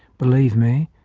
believe me,